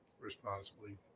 Responsibly